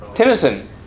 Tennyson